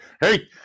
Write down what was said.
Hey